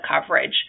coverage